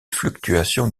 fluctuations